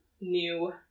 new